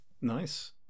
Nice